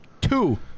two